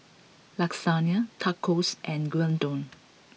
Lasagna Tacos and Gyudon